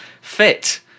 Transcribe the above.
fit